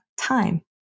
time